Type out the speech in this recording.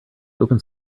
open